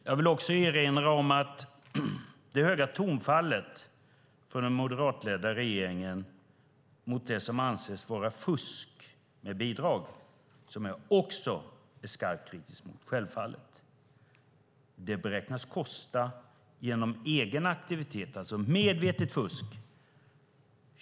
Jag vill även erinra om att det höga tonfallet från den moderatledda regeringen mot det som anses vara fusk med bidrag, som jag självfallet också är skarpt kritisk mot, beräknas kosta 20 miljarder kronor. Det gäller egen aktivitet, alltså medvetet fusk.